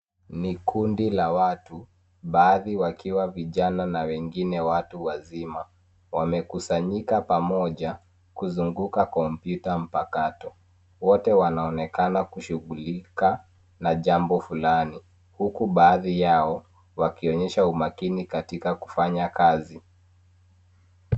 Ni kundi la watu baadhi wakiwa vijana na wengine watu wazima, wamekusnyika pamoja kuzunguka kompyuta mpakato. Wote wanaonekana kushugulika na jambo fulani, huku baadhi yao wakionyesha umakini katika kufanya kazi.